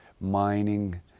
mining